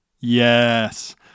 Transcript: Yes